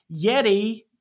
Yeti